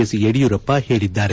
S Yediyurappa ಹೇಳಿದ್ದಾರೆ